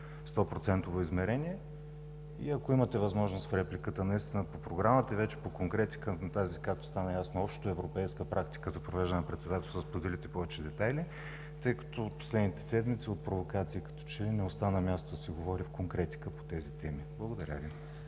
измерение. Ако имате възможност в репликата по програмата и по тази, както стана ясно, общоевропейска практика за провеждане на председателството, да споделите повече детайли, тъй като в последните седмици от провокации като че ли не остана място да се говори в конкретика по тези теми. Благодаря Ви.